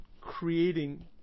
creating